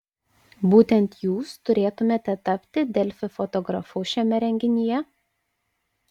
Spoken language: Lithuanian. būtent jūs turėtumėte tapti delfi fotografu šiame renginyje